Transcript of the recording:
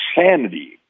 sanity